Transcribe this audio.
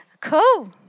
Cool